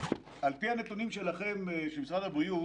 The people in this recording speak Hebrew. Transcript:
על פי הנתונים שלכם, משרד הבריאות